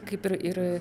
kaip ir ir